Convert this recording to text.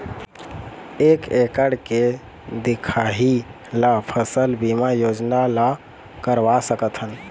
एक एकड़ के दिखाही ला फसल बीमा योजना ला करवा सकथन?